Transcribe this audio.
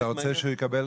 אתה רוצה שהוא יקבל